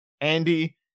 Andy